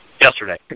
yesterday